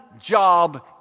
job